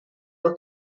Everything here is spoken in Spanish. los